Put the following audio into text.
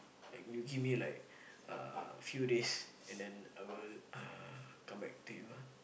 like you give me like uh a few days and then I will uh come back to you ah